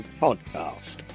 Podcast